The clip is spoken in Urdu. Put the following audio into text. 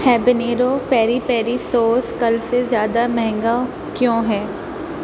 ہیبنیرو پیری پیری سوس کل سے زیادہ مہنگا کیوں ہے